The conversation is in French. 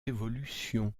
évolutions